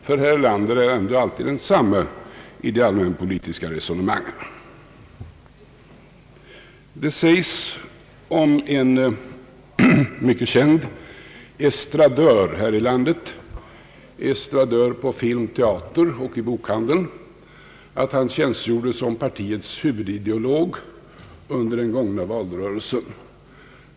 Herr Erlander är ändå alltid densamma i de allmänpolitiska resonemangen. Det sägs om en mycket känd estradör här i landet, estradör på film, teater och i bokhandeln, att han tjänstgjorde som socialdemokratiska partiets huvudideolog under den gångna valrörelsen.